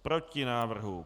Proti návrhu.